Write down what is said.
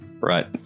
right